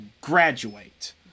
graduate